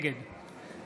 נגד גדי איזנקוט,